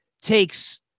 takes